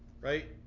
right